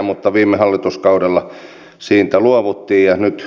mutta viime hallituskaudella siitä luovuttiin